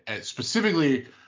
specifically